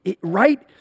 right